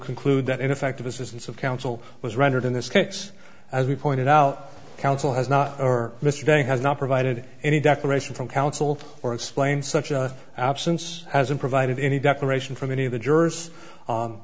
conclude that ineffective assistance of counsel was rendered in this case as we pointed out counsel has not or mr de has not provided any declaration from counsel or explain such a absence hasn't provided any decoration from any of the jurors